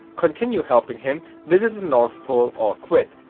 continue helping him, visit the north pole or quit.